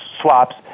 swaps